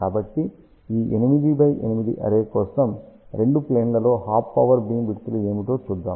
కాబట్టి ఈ 8 by 8 array కోసం రెండు ప్లేన్ లలో హాఫ్ పవర్ బీమ్ విడ్త్లు ఏమిటో చూద్దాం